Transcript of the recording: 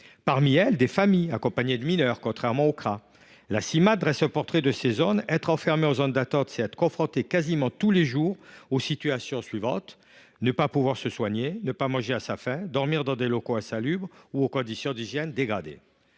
Parmi elles, des familles sont accompagnées de mineurs, contrairement à ce qui se passe dans les CRA. La Cimade dresse un portrait de ces zones :« Être enfermé en zone d’attente, c’est être confronté quasiment tous les jours aux situations suivantes : ne pas pouvoir se soigner, ne pas manger à sa faim, dormir dans des locaux insalubres ou aux conditions d’hygiène dégradées.